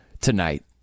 tonight